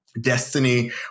destiny